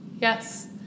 Yes